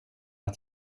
att